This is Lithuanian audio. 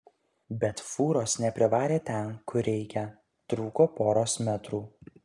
bet fūros neprivarė ten kur reikia trūko poros metrų